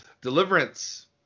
Deliverance